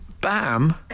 bam